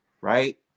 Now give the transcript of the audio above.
right